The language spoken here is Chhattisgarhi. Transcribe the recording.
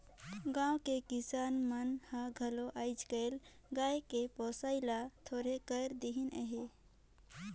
गाँव के किसान मन हर घलो आयज कायल गाय के पोसई ल थोरहें कर देहिनहे